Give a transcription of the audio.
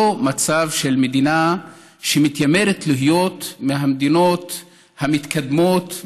לא מצב של מדינה שמתיימרת להיות מהמדינות המתקדמות,